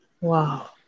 Wow